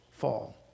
fall